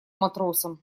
матросом